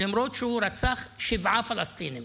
למרות שהוא רצח שבעה פלסטינים.